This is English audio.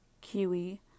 kiwi